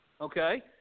Okay